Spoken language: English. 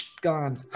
gone